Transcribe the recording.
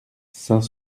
saint